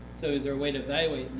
so is there a way to evaluate?